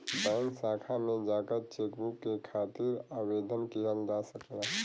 bank शाखा में जाकर चेकबुक के खातिर आवेदन किहल जा सकला